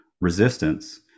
resistance